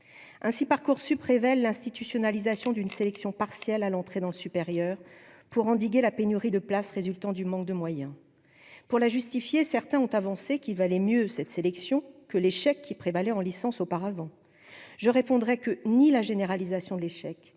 ainsi Parcoursup révèle l'institutionnalisation d'une sélection partielle à l'entrée dans le supérieur pour endiguer la pénurie de places résultant du manque de moyens pour la justifier, certains ont avancé qu'il valait mieux cette sélection que l'échec qui prévalait en licence, auparavant, je répondrai que ni la généralisation de l'échec